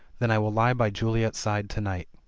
then i will lie by juliet's side to-night.